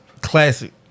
Classic